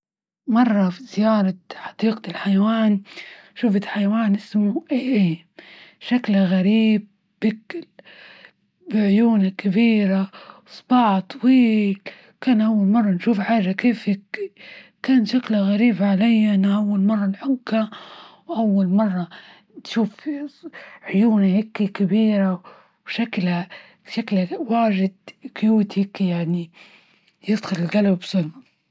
مرة في زيارة حديقة الحيوان شفت حيوان إسمه إيه إيه شكله غريب وكل، عيونه كبيرة ،صباعة طويييل ،كان أول مرة نشوف حاجة كيف هيكي، كان شكلها غريب علي أنا أول مرة نحكة، وأول مرة نشوف عيونه هيكي كبيرة، وشكله-شكله واجد كيوت هكي يعني يدخل الجلب بسرعة.